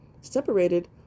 separated